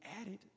added